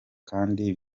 kandi